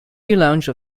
lounge